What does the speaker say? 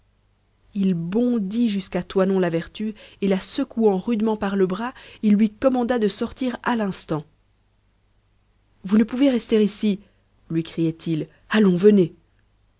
il bondit jusqu'à toinon la vertu et la secouant rudement par le bras il lui commanda de sortir à l'instant vous ne pouvez rester ici lui criait-il allons venez